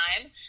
time